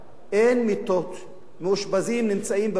מאושפזים נמצאים בפרוזדור בצורה מבישה.